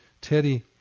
Teddy